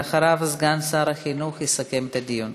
ואחריו סגן שר החינוך יסכם את הדיון.